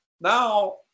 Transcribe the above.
now